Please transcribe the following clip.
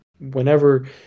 whenever